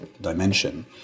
dimension